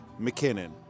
McKinnon